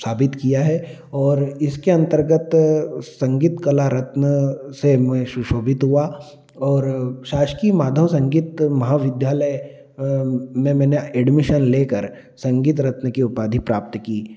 साबित किया है और इसके अंतर्गत संगीत कला रत्न से मैं शुशोभित हुआ और शासकीय माधव संगीत महाविद्यालय में मैंने एडमिशन लेकर संगीत रत्न की उपाधि प्राप्त की